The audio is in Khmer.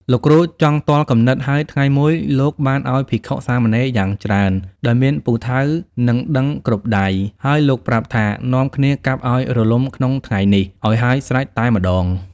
លោកគ្រូចង់ទាល់គំនិត ហើយថ្ងៃមួយ លោកបានឲ្យភិក្ខុ-សាមណេរយ៉ាងច្រើន ដោយមានពូថៅ និងដឹងគ្រប់ដៃ ហើយលោកប្រាប់ថា នាំគ្នាកាប់ឲ្យរលំក្នុងថ្ងៃនេះឲ្យហើយស្រេចតែម្តង ។